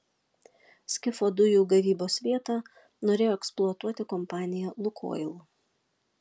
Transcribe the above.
skifo dujų gavybos vietą norėjo eksploatuoti kompanija lukoil